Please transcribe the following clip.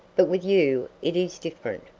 but with you it is different.